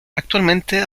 actualmente